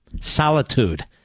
Solitude